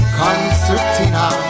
concertina